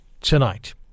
tonight